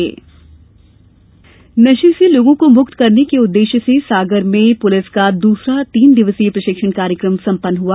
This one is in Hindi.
नशामुक्ति प्रशिक्षण नशे से लोगों को मुक्त कराने के उद्देश्य से सागर में पुलिस का दूसरा तीन दिवसीय प्रशिक्षण कार्यक्रम संपन्न हुआ